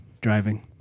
driving